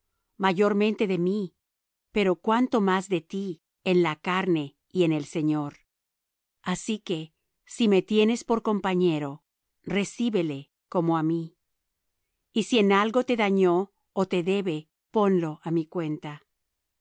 mayormente de mí pero cuánto más de ti en la carne y en el señor así que si me tienes por compañero recíbele como á mi y si en algo te dañó ó te debe ponlo á mi cuenta